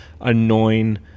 annoying